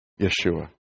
Yeshua